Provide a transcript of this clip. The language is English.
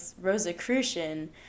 Rosicrucian